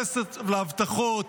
כסף להבטחות,